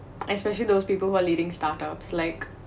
especially those people who are leading startups like